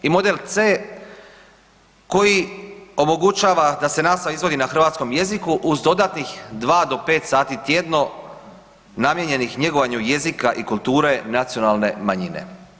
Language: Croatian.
I model C koji omogućava da se nastava izvodi na hrvatskom jeziku uz dodatnih 2 do 5 sati tjedno namijenjenih njegovanju jezika i kulture nacionalne manjine.